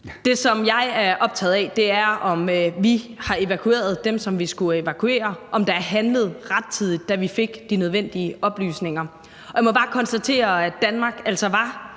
Det, som jeg er optaget af, er, om vi har evakueret dem, som vi skulle evakuere, og om der er handlet rettidigt, da vi fik de nødvendige oplysninger. Jeg må bare konstatere, at Danmark altså var